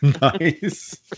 Nice